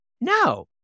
No